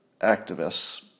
activists